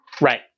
Right